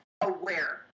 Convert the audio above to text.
aware